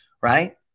Right